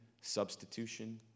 substitution